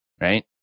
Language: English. right